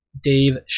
Dave